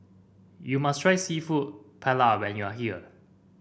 you must try seafood Paella when you are here